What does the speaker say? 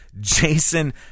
Jason